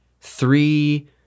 three